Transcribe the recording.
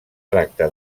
tracta